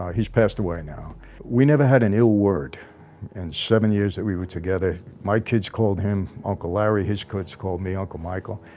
he's passed away now we never had an ill word and seven years that we were together my kids called him uncle larry his kids called me uncle michael,